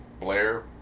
Blair